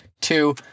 Two